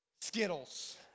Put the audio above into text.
Skittles